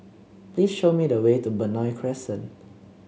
please show me the way to Benoi Crescent